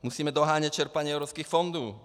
Musíme dohánět čerpání evropských fondů.